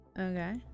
Okay